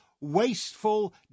wasteful